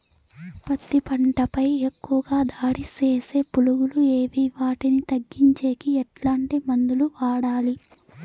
పత్తి పంట పై ఎక్కువగా దాడి సేసే పులుగులు ఏవి వాటిని తగ్గించేకి ఎట్లాంటి మందులు వాడాలి?